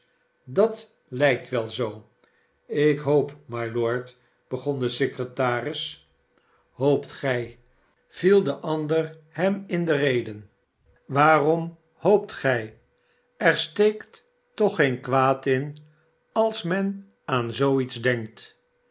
sdat lijkt wel zoo ik hoop mylord begon de secretaris hoop t barnaby rudge gij viel de ander hem in de rede waaromhooptgij er steekt toch geen kwaad in als men aan zoo iets denkt